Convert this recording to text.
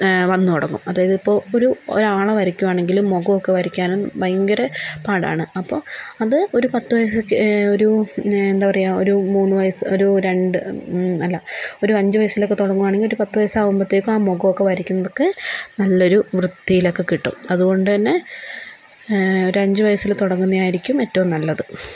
വന്ന് തുടങ്ങും അത് ഇപ്പോൾ ഒരു ആളെ വരയ്ക്കാൻ ആണെങ്കില് മുഖം ഒക്കെ വരയ്ക്കാനും ഭയങ്കര പാടാണ് അപ്പോൾ അത് പത്ത് വയസ്സ് ഒക്കെ ഒരു എന്താ പറയുക ഒരു മൂന്ന് വയസ്സ് രണ്ട് വയസ്സ് ഉണ്ട് അല്ല ഒരു അഞ്ച് വയസ്സിലൊക്കെ തുടങ്ങുകയാണെങ്കിൽ ഒരു പത്ത് വയസ്സ് ആകുമ്പോഴേക്കും ആ മുഖം ഒക്കെ വരയ്ക്കുന്നത് ഒക്കെ നല്ല ഒരു വൃത്തിയില് ഒക്കെ കിട്ടും അതുകൊണ്ട് തന്നെ ഒരു അഞ്ച് വയസ്സില് തുടങ്ങുന്നത് ആയിരിക്കും ഏറ്റവും നല്ലത്